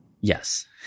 Yes